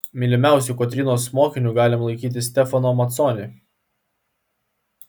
mylimiausiu kotrynos mokiniu galima laikyti stefano maconi